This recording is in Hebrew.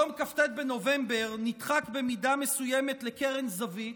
יום כ"ט בנובמבר נדחק במידה מסוימת לקרן זווית,